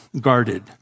guarded